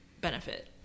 benefit